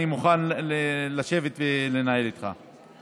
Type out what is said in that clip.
אני מוכן לשבת ולנהל איתך דיון.